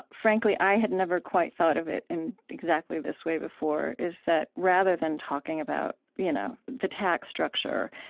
frankly, i had never quite thought of it in exactly this way before, is that rather than talking about you know the tax structure,